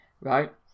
right